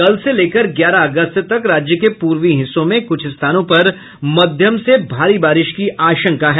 कल से लेकर ग्यारह अगस्त तक राज्य के पूर्वी हिस्सों में कुछ स्थानों पर मध्यम से भारी बारिश की आशंका है